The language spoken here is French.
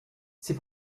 ses